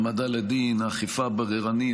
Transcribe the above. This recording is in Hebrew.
ההעמדה לדין, האכיפה הבררנית.